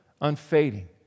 unfading